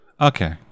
Okay